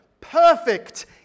Perfect